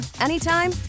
anytime